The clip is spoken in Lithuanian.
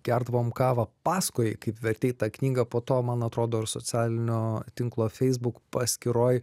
gerdavom kavą pasakojai kaip vertei tą knygą po to man atrodo ir socialinio tinklo facebook paskyroj